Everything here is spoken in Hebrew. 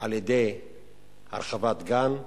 על-ידי הרחבת גן,